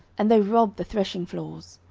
and they rob the threshingfloors.